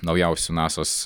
naujausių nasos